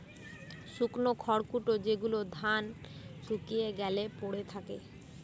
শুকনো খড়কুটো যেগুলো ধান শুকিয়ে গ্যালে পড়ে থাকে